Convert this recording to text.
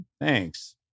Thanks